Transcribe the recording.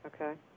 Okay